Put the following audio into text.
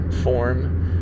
form